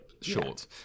Short